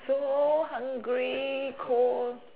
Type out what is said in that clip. so hungry cold